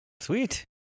Sweet